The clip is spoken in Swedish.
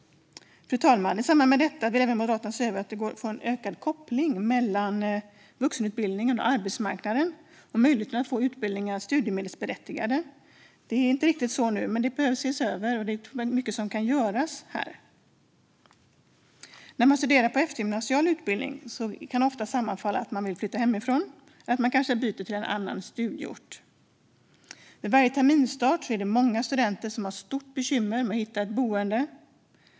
Fru talman! I samband med detta vill Moderaterna även se över hur det går att få en ökad koppling mellan vuxenutbildningen och arbetsmarknaden samt se över möjligheten att få utbildningarna studiemedelsberättigande. Det är inte riktigt så nu, men det behöver ses över. Det finns mycket som kan göras här. När man går en eftergymnasial utbildning kan det ofta sammanfalla med att man vill flytta hemifrån eller kanske med att man byter till en annan studieort. Vid varje terminsstart har många studenter stora bekymmer med att hitta ett boende.